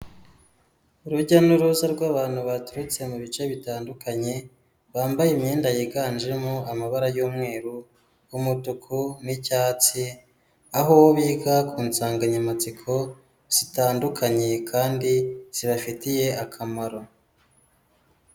Urujya n'uruza rw'abantu baturutse mu bice bitandukanye, bambaye imyenda yiganjemo amabara y'umweru, umutuku n'icyatsi, aho biga ku nsanganyamatsiko zitandukanye kandi zibafitiye akamaro.